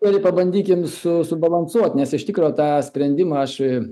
truputėlį pabandykim su subalansuot nes iš tikro tą sprendimą aš